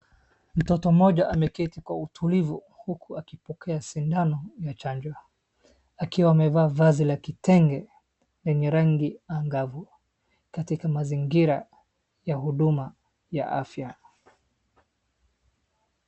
Mtoto mmoja ameketi kwa utulivu huku akipokea sindano ya chanjo akiwa amevaa vazi la kitenge lenye rangi angavu katika mazingira ya huduma ya afya.